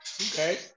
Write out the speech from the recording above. Okay